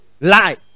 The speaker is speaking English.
lie